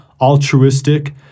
altruistic